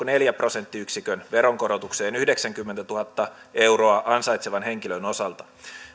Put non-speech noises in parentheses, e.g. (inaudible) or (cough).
(unintelligible) neljän prosenttiyksikön veronkorotukseen yhdeksänkymmentätuhatta euroa ansaitsevan henkilön osalta